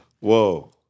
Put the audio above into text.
Whoa